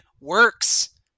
works